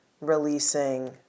releasing